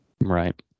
Right